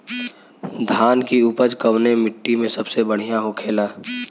धान की उपज कवने मिट्टी में सबसे बढ़ियां होखेला?